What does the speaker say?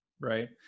Right